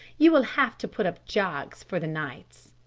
you will have to put up jaggs for the nights.